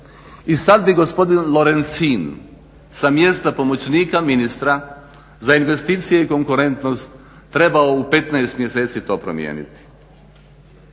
i sad bi gospodin Lorencin sa mjesta pomoćnika ministra za investicije i konkurentnost trebao u 15 mjeseci to promijeniti.